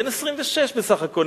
בן 26 בסך הכול,